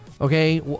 Okay